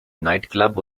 nightclub